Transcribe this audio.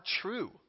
true